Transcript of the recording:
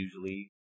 usually